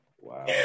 wow